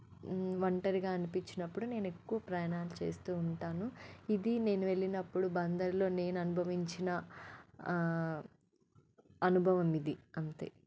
ఒంటరిగా అనిపిచ్చినప్పుడు నేనెక్కువ ప్రాయాణాలు చేస్తూ ఉంటాను ఇది నేను వెళ్ళినప్పుడు బందర్లో నేను అనుభవించిన అనుభవం ఇది అంతే